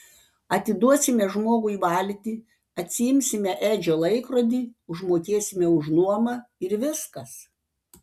atiduosime žmogui valtį atsiimsime edžio laikrodį užmokėsime už nuomą ir viskas